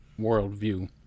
worldview